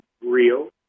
real